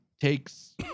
takes